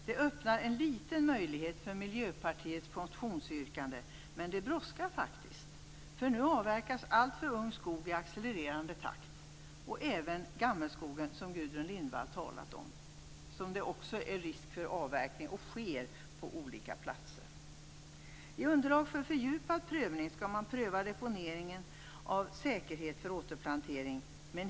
Det öppnar en liten möjlighet för Miljöpartiets motionsyrkande, men det brådskar faktiskt. Nu avverkas alltför ung skog i accelererande takt, och även gammelskogen som Gudrun Lindvall talat om. Där finns det också risk för avverkning, och det sker på olika platser. I underlag för fördjupad prövning skall man pröva deponeringen av säkerhet för återplantering.